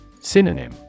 Synonym